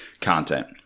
content